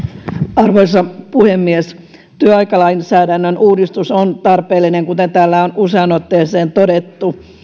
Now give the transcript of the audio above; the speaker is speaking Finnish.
arvoisa puhemies työaikalainsäädännön uudistus on tarpeellinen kuten täällä on useaan otteeseen todettu